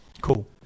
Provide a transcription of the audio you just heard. Cool